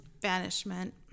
banishment